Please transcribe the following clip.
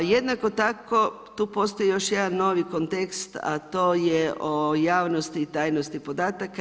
Jednako tako, tu postoji još jedan novi kontekst, a to je o javnosti i tajnosti podataka.